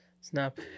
Snap